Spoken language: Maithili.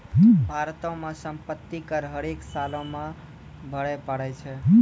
भारतो मे सम्पति कर हरेक सालो मे भरे पड़ै छै